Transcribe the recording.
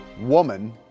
woman